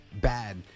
bad